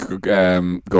Go